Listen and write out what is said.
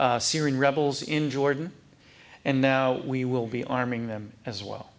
syrian rebels in jordan and now we will be arming them as well